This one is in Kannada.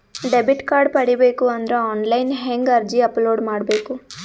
ಡೆಬಿಟ್ ಕಾರ್ಡ್ ಪಡಿಬೇಕು ಅಂದ್ರ ಆನ್ಲೈನ್ ಹೆಂಗ್ ಅರ್ಜಿ ಅಪಲೊಡ ಮಾಡಬೇಕು?